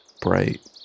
bright